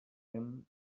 tem